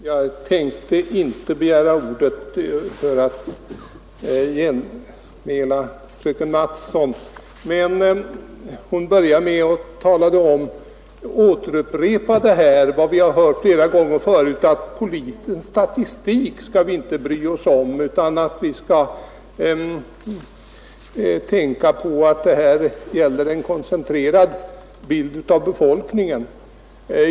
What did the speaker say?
Herr talman! Jag tänkte inte begära ordet för något genmäle till fröken Mattson. Men hon upprepade vad vi har hört flera gånger tidigare, att polisens statistik skall vi inte bry oss om, utan vi skall tänka på att det här gäller en koncentrerad bild av befolkningen.